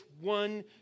one